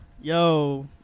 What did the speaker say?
yo